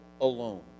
alone